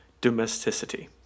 domesticity